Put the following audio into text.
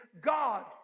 God